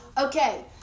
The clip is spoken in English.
Okay